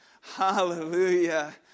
hallelujah